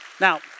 Now